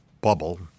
bubble